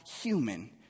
human